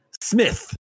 Smith